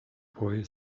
boy